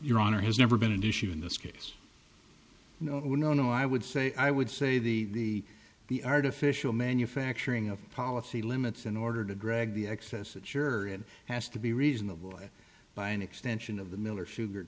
your honor has never been an issue in this case no no no i would say i would say the the the artificial manufacturing of policy limits in order to drag the excess it sure has to be reasonable by an extension of the mill